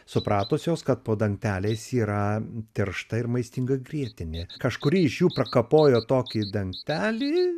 supratusios kad po dangteliais yra tiršta ir maistinga grietinė kažkuri iš jų prakapojo tokį dangtelį